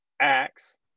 Acts